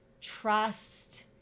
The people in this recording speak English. trust